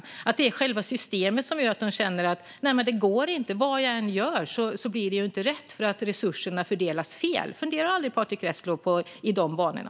Kan det vara själva systemet som gör att de känner att det inte går? Vad de än gör blir det ju inte rätt, för resurserna fördelas fel. Funderar Patrick Reslow aldrig i de banorna?